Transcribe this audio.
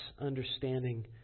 understanding